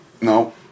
No